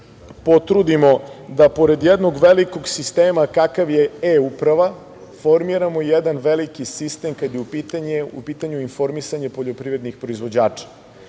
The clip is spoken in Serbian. potrudimo da, pored jednog velikog sistema kakav je e-uprava, formiramo jedan veliki sistem kada je u pitanju informisanje poljoprivrednih proizvođača.